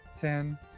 Ten